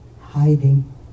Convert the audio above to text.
Hiding